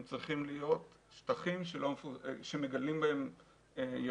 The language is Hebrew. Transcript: הם צריכים להיות שטחים שאם מגדלים בהם ירקות,